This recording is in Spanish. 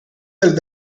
del